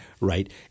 right